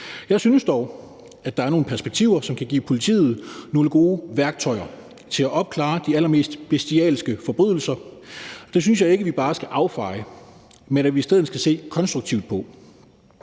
Jeg synes dog, at der er nogle perspektiver, som kan give politiet nogle gode værktøjer til at opklare de allermest bestialske forbrydelser. Det synes jeg ikke vi bare skal affeje, men vi skal i stedet se konstruktivt på